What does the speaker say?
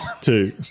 two